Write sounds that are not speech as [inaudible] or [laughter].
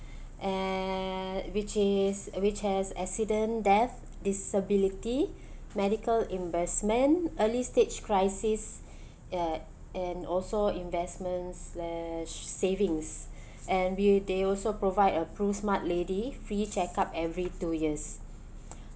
uh which is which has accident death disability medical investment early stage crisis [breath] uh and also investments slash savings and we they also provide a PRUsmart lady free check up every two years